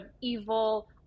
evil